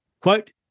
quote